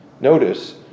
Notice